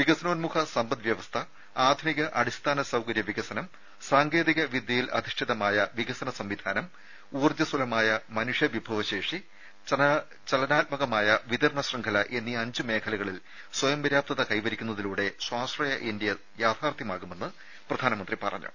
വികസനോന്മുഖ സമ്പദ് വ്യവസ്ഥ ആധുനിക അടിസ്ഥാന സൌകര്യ വികസനം സാങ്കേതിക വിദ്യയിൽ അധിഷ്ഠിതമായ വികസന സംവിധാനം ഊർജ്ജസ്വലമായ മനുഷ്യവിഭവ ശേഷി ചലനാത്മകമായ വിതരണ ശൃംഖല എന്നീ അഞ്ച് മേഖലകളിൽ സ്വയംപര്യാപ്തത കൈവരിക്കുന്നതിലൂടെ സ്വാശ്രയ ഇന്ത്യ യാഥാർത്ഥ്യമാകുമെന്നും പ്രധാനമന്ത്രി പറഞ്ഞു